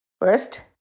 first